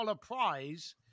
prize